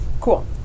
Cool